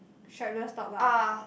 strapless top lah